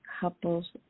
Couples